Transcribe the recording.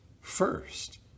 first